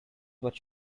what